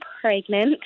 pregnant